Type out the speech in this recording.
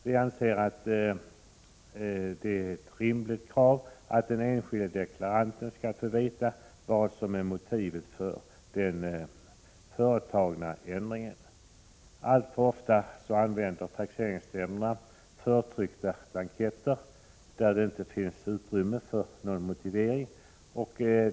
Vi betraktar det som ett rimligt krav att den enskilde deklaranten skall få veta vad som är motivet till den företagna ändringen. Alltför ofta använder taxeringsnämnderna förtryckta blanketter, där det inte finns utrymme för någon motivering alls.